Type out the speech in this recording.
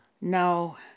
no